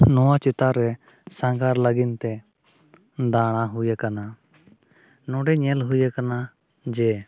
ᱱᱚᱣᱟ ᱪᱮᱛᱟᱱ ᱨᱮ ᱥᱟᱸᱜᱷᱟᱨ ᱞᱟᱹᱜᱤᱫᱼᱛᱮ ᱫᱟᱬᱟ ᱦᱩᱭᱟᱠᱟᱱᱟ ᱱᱚᱸᱰᱮ ᱧᱮᱞ ᱦᱩᱭᱟᱠᱟᱱᱟ ᱡᱮ